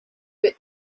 bit